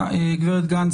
גב' גנס,